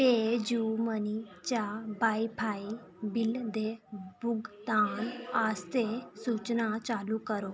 पे जू मनी चा wifi bill दे भुगतान आस्तै सूचनां चालू करो